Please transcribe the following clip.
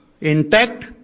intact